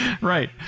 Right